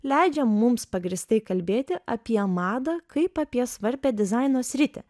leidžia mums pagrįstai kalbėti apie madą kaip apie svarbią dizaino sritį